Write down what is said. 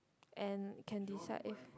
and can decide if